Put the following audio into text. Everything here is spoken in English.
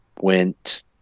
went